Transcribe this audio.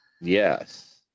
Yes